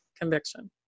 conviction